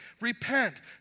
Repent